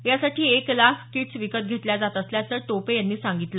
यासाठी एक लाख किट्स विकत घेतल्या जात असल्याचं टोपे यांनी सांगितलं